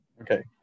Okay